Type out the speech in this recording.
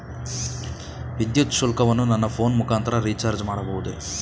ವಿದ್ಯುತ್ ಶುಲ್ಕವನ್ನು ನನ್ನ ಫೋನ್ ಮುಖಾಂತರ ರಿಚಾರ್ಜ್ ಮಾಡಬಹುದೇ?